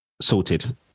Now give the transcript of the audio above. sorted